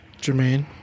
Jermaine